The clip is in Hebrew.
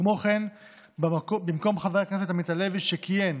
כמו כן, במקום חבר הכנסת עמית הלוי, שכיהן